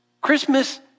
Christmas